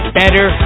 better